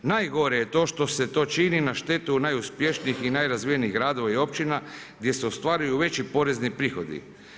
Najgore je to što se to čini na štetu najuspješnijih i najrazvijenijih gradova i općina gdje se ostvaruju veći porezni prihodi.